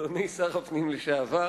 אדוני שר הפנים לשעבר,